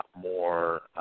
more